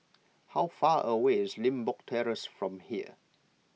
how far away is Limbok Terrace from here